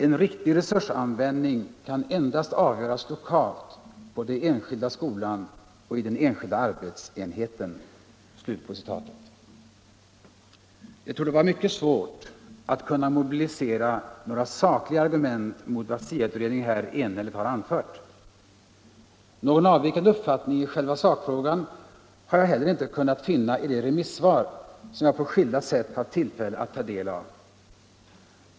En riktig resursanvändning kan endast avgöras lokalt på den enskilda skolan och i den enskilda arbetsenheten.” Det torde vara mycket svårt att mobilisera några sakliga argument mot vad SIA-utredarna här enhälligt har anfört. Någon avvikande uppfattning i själva sakfrågan har jag heller inte kunnat finna i de remissvar som jag på skilda sätt haft tillfälle att ta del av.